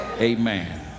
amen